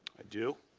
i do.